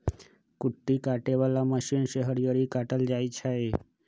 कुट्टी काटे बला मशीन से हरियरी काटल जाइ छै